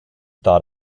thought